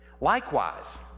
Likewise